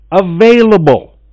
available